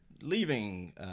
Leaving